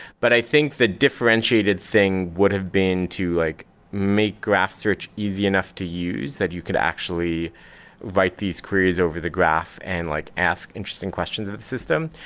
but i think the differentiated thing would have been like make graph search easy enough to use, that you could actually write these queries over the graph and like ask interesting questions of the system.